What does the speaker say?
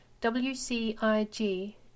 W-C-I-G